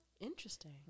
Interesting